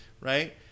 right